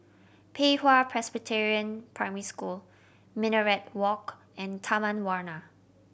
Pei Hwa Presbyterian Primary School Minaret Walk and Taman Warna